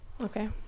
Okay